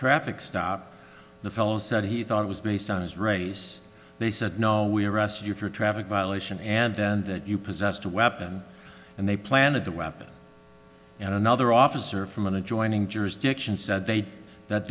traffic stop the fellow said he thought it was based on his race they said no we arrested you for a traffic violation and then that you possessed a weapon and they planted the weapon and another officer from an adjoining jurisdiction said they did that